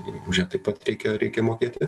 už ją taip pat reikia reikia mokėti